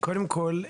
קודם כול,